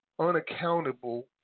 unaccountable